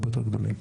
הרבה יותר גדולים.